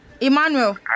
Emmanuel